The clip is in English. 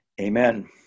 Amen